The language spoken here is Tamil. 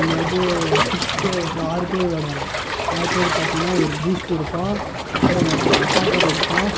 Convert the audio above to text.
அதாவது சிக்ஸ் பேர் ஆறு பேர் விளையாடுவாங்கள் ஆறு பேர் பார்த்தீங்கன்னா ஒரு பூஸ்ட்டு இருப்பான் அப்புறம் ஒருத்தன் அட்டாக்கர் இருப்பான்